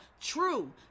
true